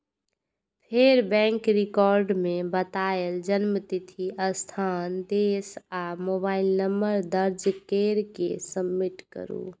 फेर bank record मे बतायल जन्मतिथि, स्थान, देश आ मोबाइल नंबर दर्ज कैर के सबमिट करू